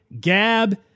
Gab